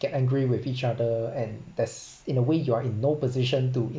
get angry with each other and that's in a way you are in no position to